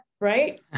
Right